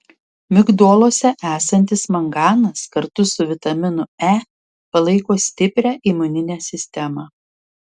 migdoluose esantis manganas kartu su vitaminu e palaiko stiprią imuninę sistemą